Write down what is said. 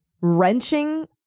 wrenching